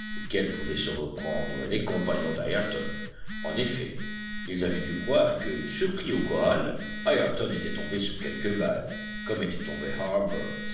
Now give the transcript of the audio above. auquel pouvaient se reprendre les compagnons d'ayrton en effet ils avaient dû croire que surpris au corral ayrton était tombé sous quelque balle comme était tombé